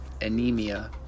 anemia